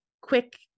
quick